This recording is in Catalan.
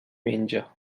menja